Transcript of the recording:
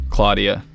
Claudia